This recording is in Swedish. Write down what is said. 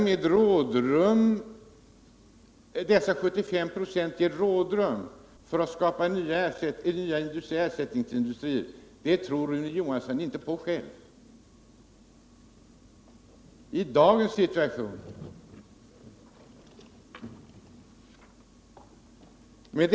Dessa 75 96 för att vinna tid och för att skaffa fram ersättningsindustrier tror Rune Johansson inte själv på i dagens situation.